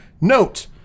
note